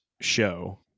show